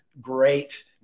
great